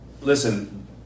listen